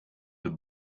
the